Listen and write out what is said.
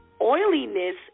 oiliness